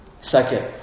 Second